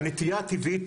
הנטייה הטבעית,